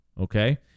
okay